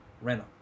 Renner